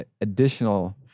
additional